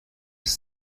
his